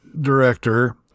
Director